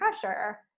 pressure